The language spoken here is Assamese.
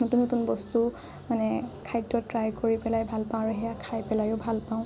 নতুন নতুন বস্তু মানে খাদ্য ট্ৰাই কৰি পেলাই ভাল পাওঁ আৰু সেইয়া খাই পেলাইও ভাল পাওঁ